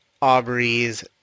Aubrey's